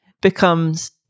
becomes